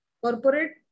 Corporate